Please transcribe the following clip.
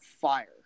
fire